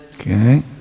Okay